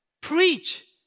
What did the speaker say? Preach